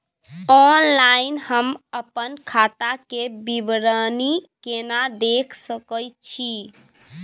Online हम अपन खाता के विवरणी केना देख सकै छी?